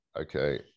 Okay